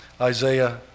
Isaiah